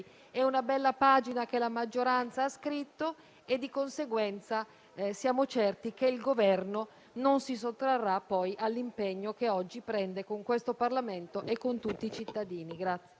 È una bella pagina che la maggioranza ha scritto e di conseguenza siamo certi che il Governo non si sottrarrà poi all'impegno che oggi prende con questo Parlamento e con tutti i cittadini.